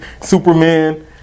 Superman